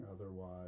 Otherwise